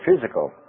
physical